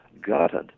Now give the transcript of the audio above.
gutted